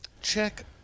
Check